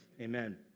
amen